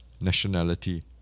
nationality